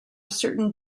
certain